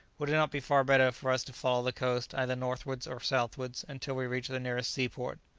would it not be far better for us to follow the coast either northwards or southwards, until we reach the nearest seaport?